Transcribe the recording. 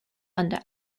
under